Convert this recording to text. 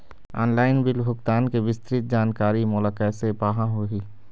Online bill भुगतान के विस्तृत जानकारी मोला कैसे पाहां होही?